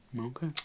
okay